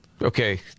okay